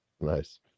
Nice